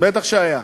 בטח שהיה.